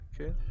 okay